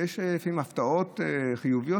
ויש לפעמים הפתעות חיוביות,